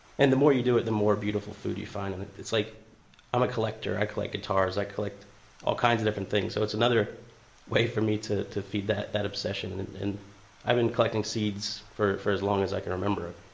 and the more you do it, the more beautiful food you find and i'm a like um collector. i collect guitars i collect all kinds of different things. so it's another way for me to to feed that that obsession. and and and i've been collecting seeds for for as long as i can remember